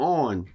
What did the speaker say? on